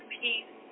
peace